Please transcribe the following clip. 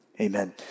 amen